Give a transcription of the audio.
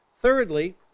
Thirdly